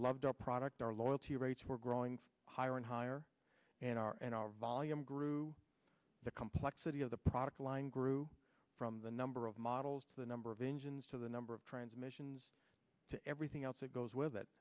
loved our product our loyalty rates were growing higher and higher and our and our volume grew the complexity of the product line grew from the number of models to the number of engines to the number of transmissions to everything else that goes with it